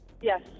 Yes